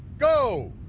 go!